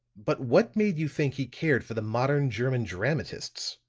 but what made you think he cared for the modern german dramatists?